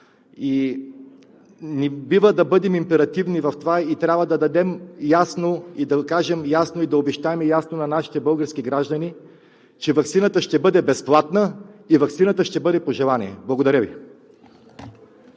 и не бива да бъдем императивни в това. Трябва да кажем ясно и да обещаем ясно на нашите български граждани, че ваксината ще бъде безплатна и ваксината ще бъде по желание. Благодаря Ви.